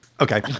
Okay